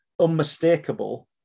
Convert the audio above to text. unmistakable